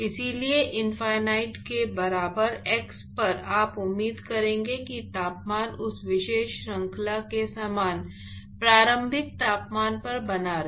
इसलिए इनफिनिट के बराबर x पर आप उम्मीद करेंगे कि तापमान उस विशेष श्रृंखला के समान प्रारंभिक तापमान पर बना रहे